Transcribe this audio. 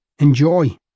Enjoy